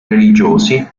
religiosi